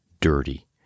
dirty